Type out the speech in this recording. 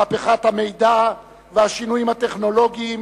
מהפכת המידע והשינויים הטכנולוגיים